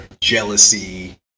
jealousy